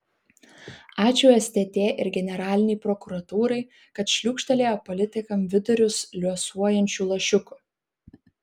ačiū stt ir generalinei prokuratūrai kad šliūkštelėjo politikams vidurius liuosuojančių lašiukų